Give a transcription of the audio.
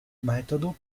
metodo